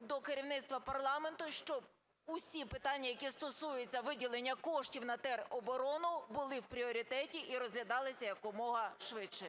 до керівництва парламенту, щоб усі питання, які стосуються виділення коштів на тероборону, були в пріоритеті і розглядалися якомога швидше.